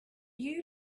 you